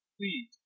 please